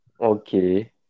Okay